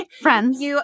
Friends